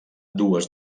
dues